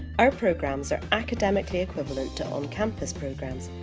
our programmes are academically equivalent to on campus programmes.